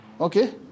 Okay